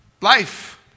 Life